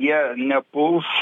jie nepuls